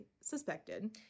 suspected